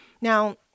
Now